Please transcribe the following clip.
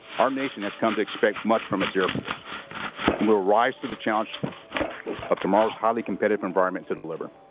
our nation has come to expect much from it's air force, and we will rise to the challenge of tomorrow's highly competitive environment to deliver.